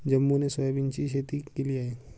जंबोने सोयाबीनची शेती केली आहे